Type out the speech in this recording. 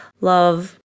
love